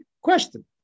question